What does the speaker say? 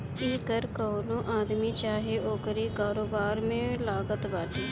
इ कर कवनो आदमी चाहे ओकरी कारोबार पे लागत बाटे